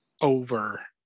over